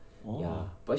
orh